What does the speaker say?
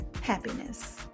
happiness